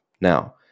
Now